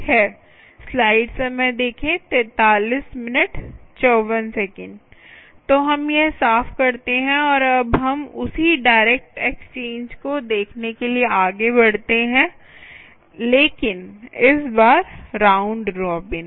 तो हम यह साफ करते हैं और अब हम उसी डायरेक्ट एक्सचेंज को देखने के लिए आगे बढ़ते हैं लेकिन इस बार राउंड रॉबिन